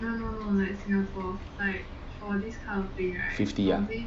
fifty ah